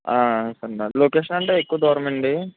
ఇక్కడుండాలి location అంటే ఎక్కువ దూరమండి